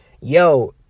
yo